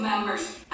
members